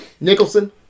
nicholson